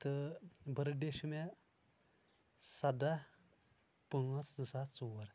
تہٕ birthday چھُ مےٚ سدہ پانٛژھ زٕ ساس ژور